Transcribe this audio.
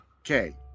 Okay